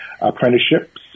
apprenticeships